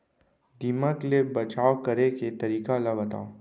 दीमक ले बचाव करे के तरीका ला बतावव?